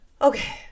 Okay